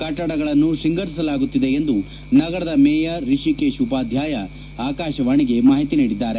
ಕಟ್ಟಡಗಳನ್ನು ತ್ವಂಗರಿಸಲಾಗುತ್ತಿದೆ ಎಂದು ನಗರದ ಮೇಯರ್ ರಿಷಿಕೇಶ್ ಉಪಾದ್ಯಾಯ ಆಕಾಶವಾಣಿಗೆ ಮಾಹಿತಿ ನೀಡಿದ್ದಾರೆ